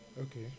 Okay